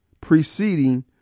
preceding